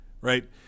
right